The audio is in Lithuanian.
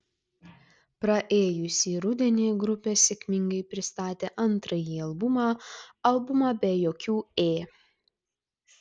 praėjusį rudenį grupė sėkmingai pristatė antrąjį albumą albumą be jokių ė